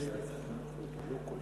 הוא יהיה,